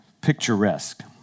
picturesque